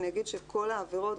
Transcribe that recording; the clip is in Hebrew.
אני אגיד שכל העבירות,